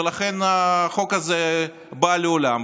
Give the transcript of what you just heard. ולכן החוק הזה בא לעולם,